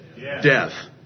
death